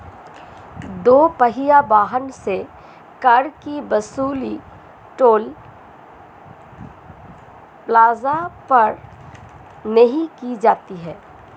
दो पहिया वाहन से कर की वसूली टोल प्लाजा पर नही की जाती है